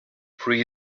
three